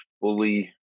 fully